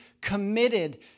committed